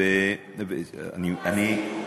זאת המציאות.